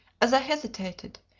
as i hesitated,